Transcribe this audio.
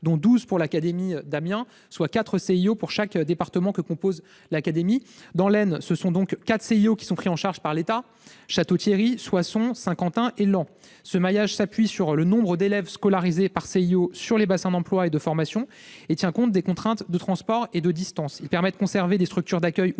dont 12 pour l'académie d'Amiens, soit 4 CIO pour chaque département qui compose l'académie. Ainsi, dans le département de l'Aisne, 4 CIO sont pris en charge par l'État : Château-Thierry, Soissons, Saint-Quentin et Laon. Ce maillage s'appuie sur le nombre d'élèves scolarisés par CIO sur les bassins d'emploi et de formation. Il tient compte des contraintes de transport et de distance. Il permet de conserver des structures d'accueil ouvertes